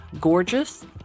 Gorgeous